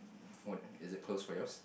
um what is it closed for yours